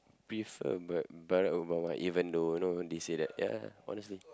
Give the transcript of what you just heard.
prefer Bar~ Barack-Obama even though you know they say that ya honestly